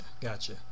gotcha